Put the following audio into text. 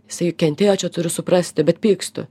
jisai kentėjo čia turiu suprasti bet pykstu